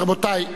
רבותי,